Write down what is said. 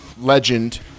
legend